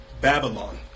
Babylon